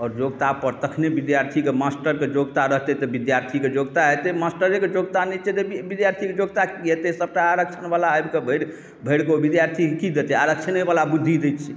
आओर योग्यता पर तखने विद्यार्थीके मास्टरके योग्यता रहतै तऽ विद्यार्थीके योग्यता होयतै मास्टरेके योग्यता नहि छै तऽ विद्यार्थीके योग्यता की होयतै सभटा आरक्षण बला आबि के भरि के ओ विद्यार्थीके की देतै आरक्षणे बला बुद्धि दै छै